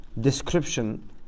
description